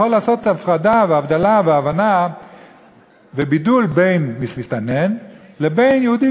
יכול לעשות הפרדה והבדלה והבנה ובידול בין מסתנן לבין יהודי,